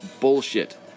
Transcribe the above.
bullshit